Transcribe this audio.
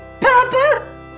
Papa